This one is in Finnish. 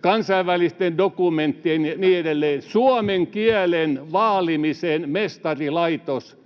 kansainvälisten dokumenttien ja niin edelleen. Suomen kielen vaalimisen mestarilaitos